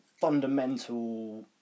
fundamental